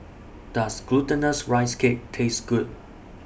Does Glutinous Rice Cake Taste Good